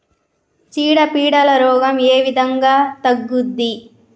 చీడ పీడల రోగం ఏ విధంగా తగ్గుద్ది?